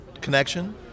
connection